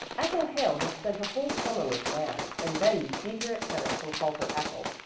ethel hale had spent a whole summer with nan, and betty beat her at tennis and called her ethel,